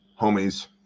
homies